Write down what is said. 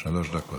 שלוש דקות.